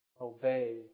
obey